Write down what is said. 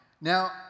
Now